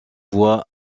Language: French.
voix